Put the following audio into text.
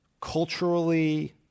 culturally